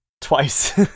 twice